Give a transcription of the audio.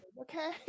Okay